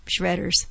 shredders